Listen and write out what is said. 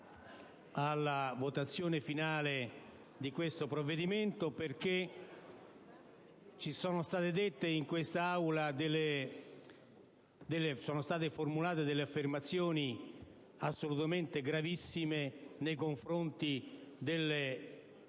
alla votazione finale di questo provvedimento perché sono state formulate in questa Aula delle affermazioni gravissime nei confronti dei